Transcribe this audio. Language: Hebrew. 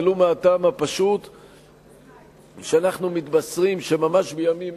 ולו מהטעם הפשוט שאנחנו מתבשרים שממש בימים